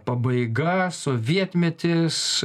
pabaiga sovietmetis